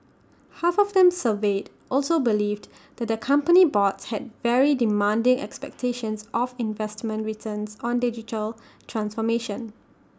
half of them surveyed also believed that their company boards had very demanding expectations of investment returns on digital transformation